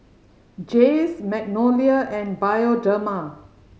Jays Magnolia and Bioderma